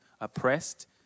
oppressed